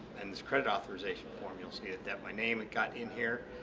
and this credit authorization form you'll see ah that my name got in here,